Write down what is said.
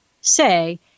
say